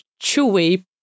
chewy